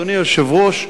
אדוני היושב-ראש,